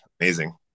amazing